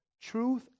truth